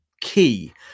key